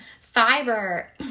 fiber